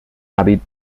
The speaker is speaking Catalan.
hàbit